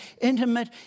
intimate